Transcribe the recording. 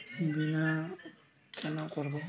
বিমা কেন করব?